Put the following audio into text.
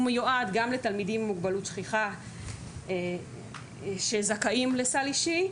הוא מיועד גם לתלמידים עם מוגבלות שכיחה שזכאים לסל אישי,